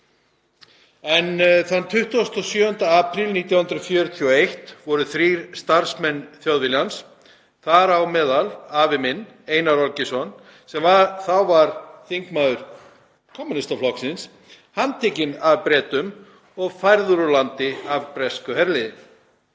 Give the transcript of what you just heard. Þann 27. apríl 1941 voru þrír starfsmenn Þjóðviljans, þar á meðal afi minn, Einar Olgeirsson, sem þá var þingmaður Kommúnistaflokksins, handteknir af Bretum og færðir úr landi af bresku herliði.